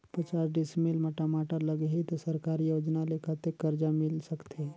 पचास डिसमिल मा टमाटर लगही त सरकारी योजना ले कतेक कर्जा मिल सकथे?